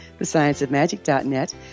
thescienceofmagic.net